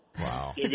Wow